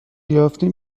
یافتیم